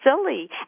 silly